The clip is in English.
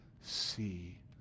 see